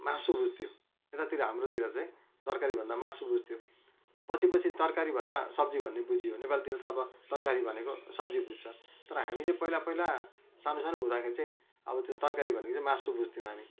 मासु बुझ्थ्यो यतातिर हाम्रोतिर चाहिँ तरकारी भन्दा मासु बुझ्थ्यो पछि पछि तरकारी भन्दा सब्जी भन्ने बुझियो नेपालतिर त अब तरकारी भनेको सब्जी बुझ्छ तर हामी चाहिँ पहिला पहिला सानो सानो हुँदाखेरि चाहिँ अब त्यो तरकारी भनेको चाहिँ मासु बुझ्थ्यौँ हामी